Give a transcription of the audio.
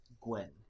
Gwen